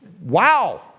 Wow